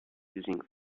using